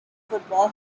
football